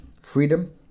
Freedom